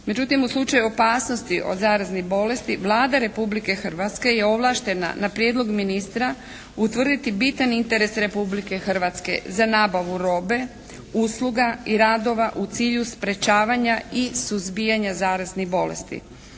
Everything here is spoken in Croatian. Međutim u slučaju opasnosti od zaraznih bolesti, Vlada Republike Hrvatske je ovlaštena na prijedlog ministra utvrditi bitan interes Republike Hrvatske za nabavu robe, usluga i radova u cilju sprječavanja i suzbijanja zaraznih bolesti.